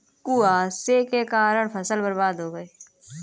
कुहासे के कारण फसल बर्बाद हो गयी